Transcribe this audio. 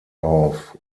auf